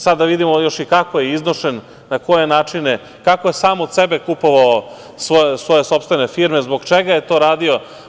Sada vidimo kako je iznošen, na koje načine, kako je sam od sebe kupovao svoje sopstvene firme, zbog čega je to radio.